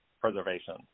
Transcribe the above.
preservation